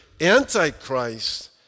Antichrist